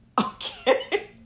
okay